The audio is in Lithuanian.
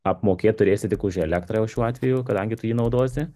apmokėt turėsi tik už elektrą jau šiuo atveju kadangi tu jį naudosi